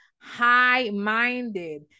high-minded